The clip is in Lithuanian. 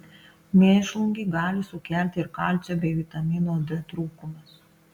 mėšlungį gali sukelti ir kalcio bei vitamino d trūkumas